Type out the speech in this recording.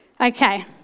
Okay